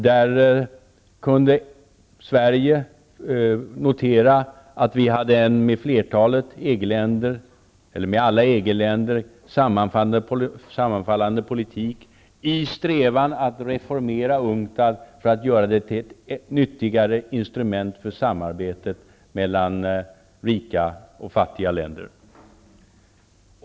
Jag kunde där notera att Sverige har en med alla EG-länder sammanfallande politik i vår strävan att reformera UNCTAD för att göra det till ett nyttigare instrument för samarbete mellan rika och fattiga länder.